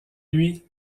lui